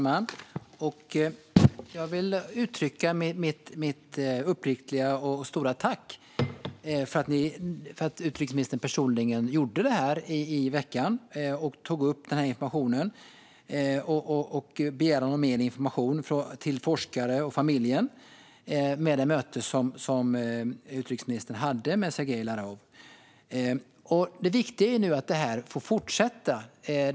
Herr talman! Jag vill uttrycka mitt uppriktiga och stora tack för att utrikesministern personligen gjorde detta den gångna veckan och tog upp den här informationen och begäran om mer information till forskare och familj i samband med sitt möte med Sergej Lavrov. Det viktiga är nu att detta får fortsätta.